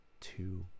two